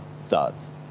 starts